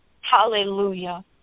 Hallelujah